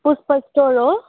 पुष्प store हो